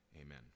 Amen